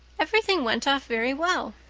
everything went off very well,